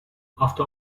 after